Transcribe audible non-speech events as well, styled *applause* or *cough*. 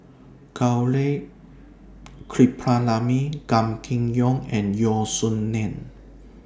Gaurav *unintelligible* Gan Kim Yong and Yeo Song Nian